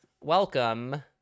welcome